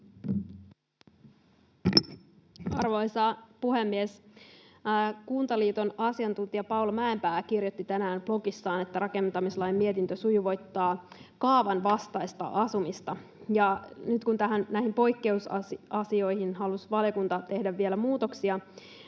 Arvoisa puhemies! Kuntaliiton asiantuntija Paula Mäenpää kirjoitti tänään blogissaan, että rakentamislain mietintö sujuvoittaa kaavan vastaista asumista. Nyt kun näihin poikkeusasioihin halusi valiokunta tehdä vielä muutoksia,